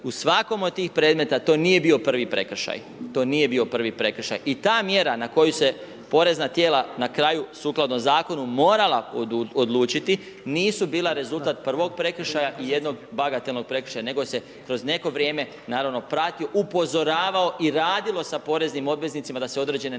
bio prvi prekršaj, to nije bio prvi prekršaj. I ta mjera na koju se porezna tijela na kraju sukladno zakonu morala odlučiti nisu bila rezultat prvog prekršaja i jednog bagatelnog prekršaja nego se kroz neko vrijeme naravno pratio, upozoravalo i radilo sa poreznim obveznicama da se određene nepravilnosti